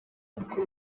kuko